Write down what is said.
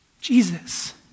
Jesus